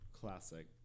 Classic